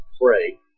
pray